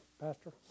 Pastor